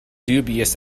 dubious